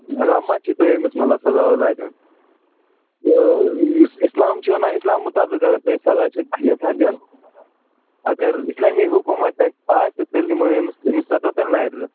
گامہٕ ما چھُو تۄہہِ أمِس مطلب سزا وزا دیُن تہٕ یُس اِسلام چھُ ونان اِسلام مُطابِق اَگر تُہۍ سزا چھِو یَژھان دیُن اَگر اِسلٲمی حکوٗمت تتہِ آسہِ تیٚلہِ دِمو أمِس أمِس ژَٹو تیٚلہِ نَرِ زٕ